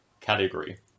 category